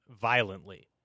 violently